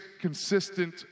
consistent